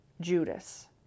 Judas